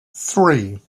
three